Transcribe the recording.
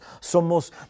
somos